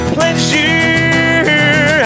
Pleasure